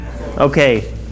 Okay